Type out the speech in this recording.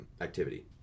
activity